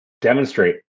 demonstrate